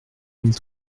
mille